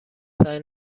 سعی